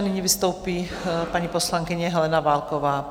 Nyní vystoupí paní poslankyně Helena Válková.